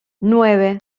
nueve